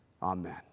Amen